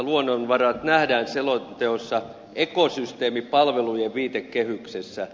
luonnonvarat nähdään selonteossa ekosysteemipalvelujen viitekehyksessä